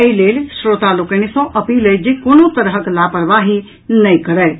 एहि लेल श्रोता लोकनि सँ अपील अछि जे कोनो तरहक लापरवाही नहि करथि